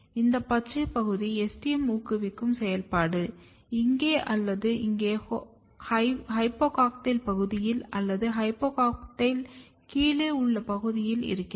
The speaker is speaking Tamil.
இந்த பச்சைப் பகுதி STM ஊக்குவிப்பு செயல்பாடு இங்கே அல்லது இங்கே ஹைபோகோடைல் பகுதியில் அல்லது ஹைபோகோடைல் கீழே உள்ள பகுதியில் இருக்கிறது